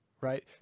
right